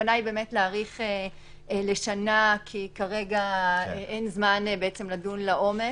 הכוונה היא להאריך לשנה כי כרגע אין זמן לדון לעומק,